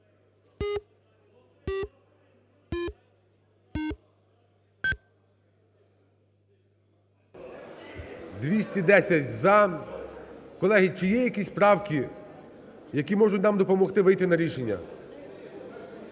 За-210 Колеги, чи є якісь правки, які можуть нам допомогти вийти на рішення?